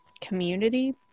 community